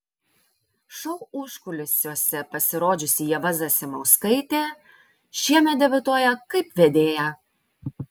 šou užkulisiuose pasirodžiusi ieva zasimauskaitė šiemet debiutuoja kaip vedėja